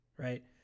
Right